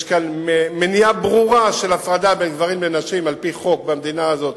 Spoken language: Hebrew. יש כאן מניעה ברורה של הפרדה בין גברים לנשים על-פי חוק במדינה הזאת,